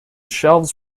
shelves